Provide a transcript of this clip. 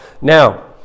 Now